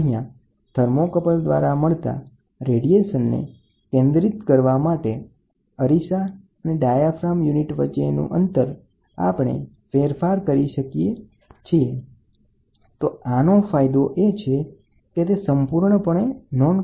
અહીં અરીસાની સાથે ડાયાફાર્મ એકમનો ઉપયોગ અરીસા અને થર્મોકપલ વચ્ચેના અંતરમાં ફેરફાર કરીને તેના કિરણોત્સર્ગને કેન્દ્રિત કરવા માટે થાય છે અને તમે તેને મેળવો છો